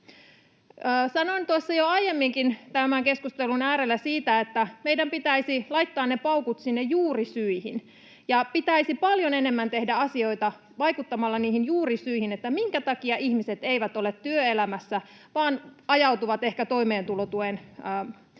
tuossa jo aiemminkin tämän keskustelun äärellä siitä, että meidän pitäisi laittaa ne paukut sinne juurisyihin ja pitäisi paljon enemmän tehdä asioita vaikuttamalla niihin juurisyihin, minkä takia ihmiset eivät ole työelämässä vaan ajautuvat ehkä toimeentulotuen piiriin.